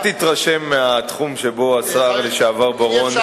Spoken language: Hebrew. אל תתרשם מהתחום שבו השר לשעבר בר-און